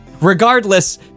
Regardless